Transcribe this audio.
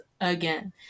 again